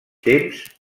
temps